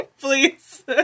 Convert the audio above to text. Please